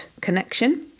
connection